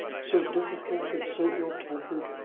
so difficult and so ill-tempered!